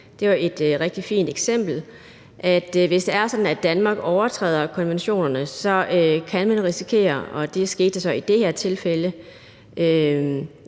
er et rigtig fint eksempel. Hvis det er sådan, at Danmark overtræder konventionerne, kan man risikere, og det skete i det her tilfælde,